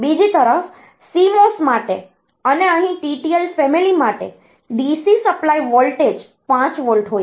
બીજી તરફ CMOS માટે અને અહીં TTL ફેમિલી માટે DC સપ્લાય વોલ્ટેજ 5 વોલ્ટ હોય છે